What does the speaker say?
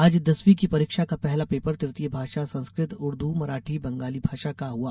आज दसवीं की परीक्षा का पहला पेपर तृतीय भाषा संस्कृत उर्द मराठी बंगाली भाषा का हुआ